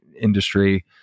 industry